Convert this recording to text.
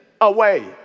away